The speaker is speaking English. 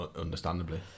understandably